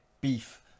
beef